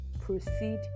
proceed